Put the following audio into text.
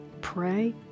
pray